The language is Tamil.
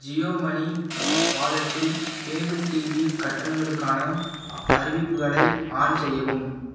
ஜியோ மனி வாலெட்டில் கேபிள் டிவி கட்டணங்களுக்கான அ அறிவிப்புகளை ஆன் செய்யவும்